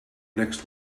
next